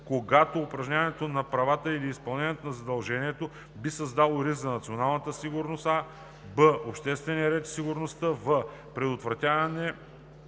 когато упражняването на правата или изпълнението на задължението: 1. би създало риск за: а) националната сигурност; б) обществения ред и сигурност; в) предотвратяването,